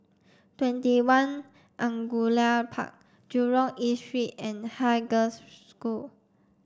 TwentyOne Angullia Park Jurong East Street and Haig Girls' School